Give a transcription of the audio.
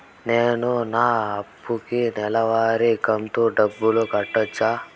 నేను నా అప్పుకి నెలవారి కంతు డబ్బులు కట్టొచ్చా?